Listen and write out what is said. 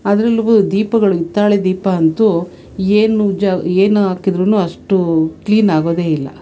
ಅದರಲ್ಲೂ ದೀಪಗಳು ಹಿತ್ತಾಳೆ ದೀಪ ಅಂತೂ ಏನು ಉಜ್ಜಿ ಏನು ಹಾಕಿದ್ರೂ ಅಷ್ಟು ಕ್ಲೀನ್ ಆಗೋದೇ ಇಲ್ಲ